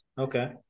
Okay